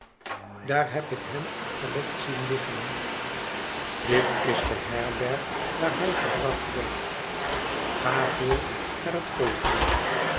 daar heb ik hem afgelegd zien liggen dit is de herberg waar hij gebracht werd ga voort naar het volgende